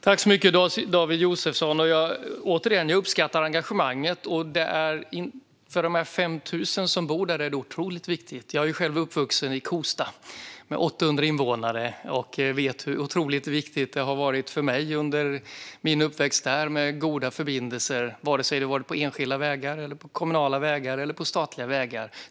Fru talman! Tack, David Josefsson, jag uppskattar ditt engagemang! För de 5 000 som bor där är detta otroligt viktigt. Jag är själv uppvuxen i Kosta med 800 invånare och vet hur viktigt det var för mig under min uppväxt med goda förbindelser, oavsett om det var på enskilda, kommunala eller statliga vägar.